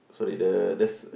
sorry the the s~